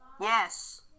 Yes